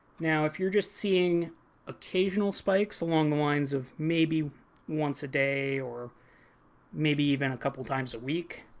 now if you're just seeing occasional spikes along the lines of maybe once a day or maybe even a couple times a week.